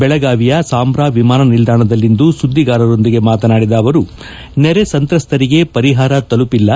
ಬೆಳಗಾವಿಯ ಸಾಂಭ್ರಾ ವಿಮಾನ ನಿಲ್ದಾಣದಲ್ಲಿಂದು ಸುದ್ದಿಗಾರರೊಂದಿಗೆ ಮಾತನಾಡಿದ ಆವರು ನೆರೆ ಸಂತ್ರಸ್ತರಿಗೆ ಪರಿಹಾರ ತಲುಪಿಲ್ಲ